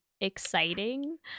exciting